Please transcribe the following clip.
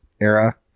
era